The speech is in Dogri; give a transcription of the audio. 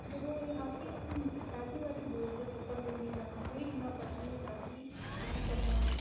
जदूं एह् हा कि असें पैह्लें बारी बोर्ड दे पेपर देने जाना कोई इन्ना पता नी होंदा कि कि'यां करना